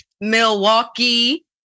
Milwaukee